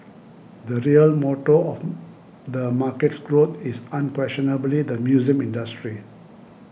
the real motor of the market's growth is unquestionably the museum industry